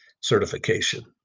certification